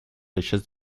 richesse